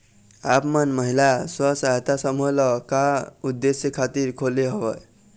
आप मन महिला स्व सहायता समूह ल का उद्देश्य खातिर खोले हँव?